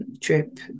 trip